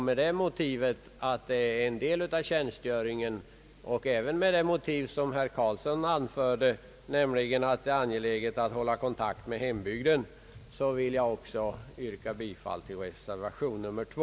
Med den motiveringen att hemresor ingår som en del i tjänsten och även med den motivering, som herr Carlsson anförde, nämligen att det är angeläget att de värnpliktiga håller kontakt med hembygden, vill jag yrka bifall också till reservation 2.